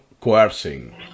coercing